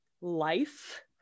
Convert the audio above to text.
life-